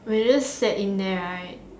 we're just sat in there right